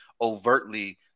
overtly